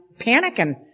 panicking